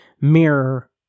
mirror